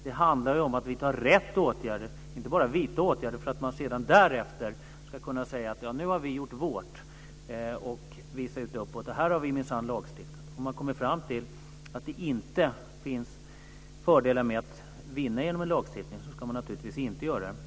Det handlar ju om att vidta rätt åtgärder, inte bara om att vidta åtgärder för att därefter kunna säga att nu har vi gjort vårt. Man ska inte bara visa upp utåt och säga att det här har vi minsann lagstiftat om. Om man inte kommer fram till att det finns fördelar att vinna med en lagstiftning ska man naturligtvis inte ha någon.